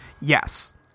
Yes